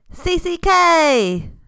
CCK